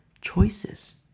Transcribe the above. choices